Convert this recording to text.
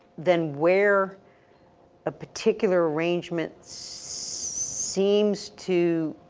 then where a particular arrangement seems to